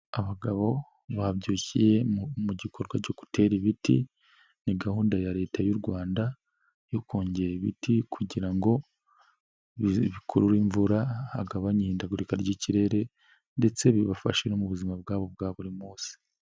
Abagabo babyukiye mu gikorwa cyo gutera ibiti, ni gahunda ya Leta y'u Rwanda yo kongera ibiti kugira ngo bikurure imvura hagabanye ihindagurika ry'ikirere ndetse bibafashe mu buzima bwabo bwa buri munsi.